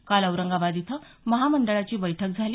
काल औरंगाबाद इथं महामंडळाची बैठक झाली